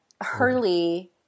Hurley